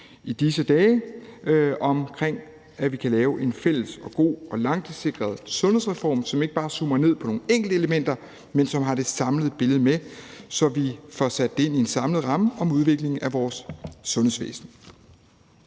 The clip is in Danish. i disse dage, om, at vi kan lave en fælles og god og langtidssikret sundhedsreform, som ikke bare zoomer ned på nogle enkelte elementer, men som har det samlede billede med, så vi får sat det ind i en samlet ramme om udviklingen af vores sundhedsvæsen.